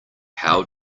how